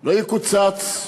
לא יקוצץ,